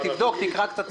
תבדוק, תקרא קצת ספרים.